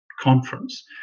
conference